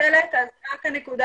אשאל אותך כמורה